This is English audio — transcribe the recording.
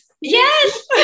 Yes